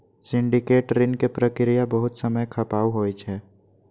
syndicate ऋण के प्रक्रिया बहुत समय खपाऊ होइ छै